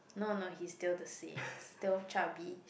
no no he's still the same still chubby